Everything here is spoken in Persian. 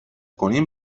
کنیم